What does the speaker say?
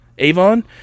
Avon